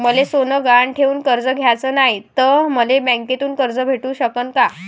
मले सोनं गहान ठेवून कर्ज घ्याचं नाय, त मले बँकेमधून कर्ज भेटू शकन का?